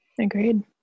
Agreed